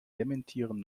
dementieren